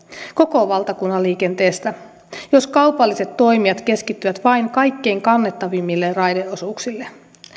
koko valtakunnan liikenteestä jos kaupalliset toimijat keskittyvät vain kaikkein kannattavimmille raideosuuksille